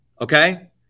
Okay